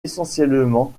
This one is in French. essentiellement